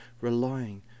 relying